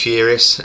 Furious